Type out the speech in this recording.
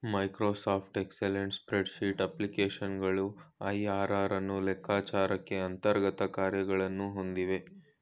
Microsoft excellent spreadsheet ಅಪ್ಲಿಕೇಶನ್ಗಳು IRR ಅನ್ನು ಲೆಕ್ಕಚಾರಕ್ಕೆ ಅಂತರ್ಗತ ಕಾರ್ಯಗಳನ್ನು ಹೊಂದಿವೆ